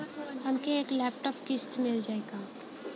हमके एक लैपटॉप किस्त मे मिल जाई का?